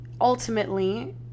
ultimately